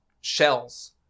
shells